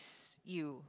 you